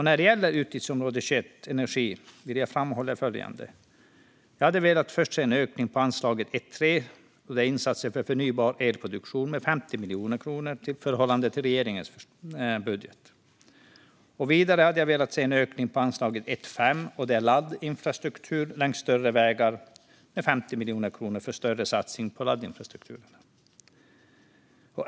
När det gäller utgiftsområde 21 Energi vill jag framhålla följande. Jag hade velat se en ökning av anslaget 1:3 Insatser för förnybar elproduktion med 50 miljoner kronor i förhållande till regeringens budget. Vidare hade jag velat se en ökning av anslaget 1:5 Laddinfrastruktur längs större vägar med 50 miljoner kronor för en större satsning på laddinfrastruktur.